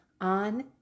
on